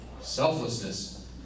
Selflessness